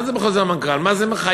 מה זה בחוזר מנכ"ל, מה זה מחייב?